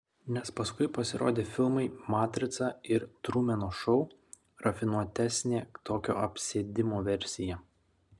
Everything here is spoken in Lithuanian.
nes paskui pasirodė filmai matrica ir trumeno šou rafinuotesnė tokio apsėdimo versija